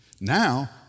Now